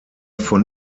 von